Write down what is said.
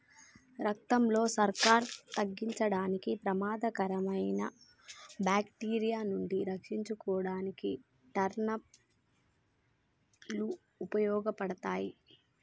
రక్తంలో సక్కెర తగ్గించడానికి, ప్రమాదకరమైన బాక్టీరియా నుండి రక్షించుకోడానికి టర్నిప్ లు ఉపయోగపడతాయి